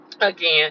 again